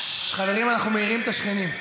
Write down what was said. אנחנו מעירים את השכנים.